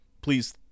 please